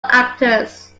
actors